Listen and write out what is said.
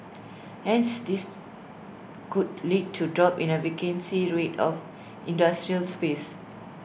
hence this could lead to drop in the vacancy rate of industrial space